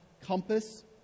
compass